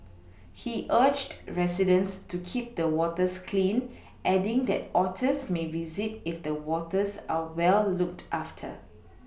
he urged residents to keep the waters clean adding that otters may visit if the waters are well looked after